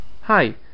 hi